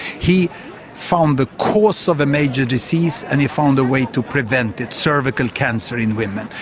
he found the cause of a major disease and he found a way to prevent it cervical cancer in women.